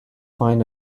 find